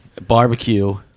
barbecue